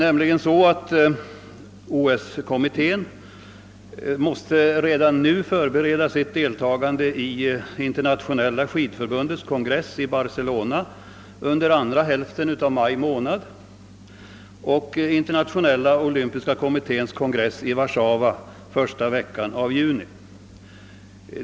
OS-kommittén måste redan nu förbereda sitt deltagande i Internationella skidförbundets kongress i Barcelona under andra hälften av maj månad och i Internationella olympiska kommitténs kongress i Warszawa första veckan av juni.